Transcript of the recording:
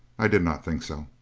i did not think so.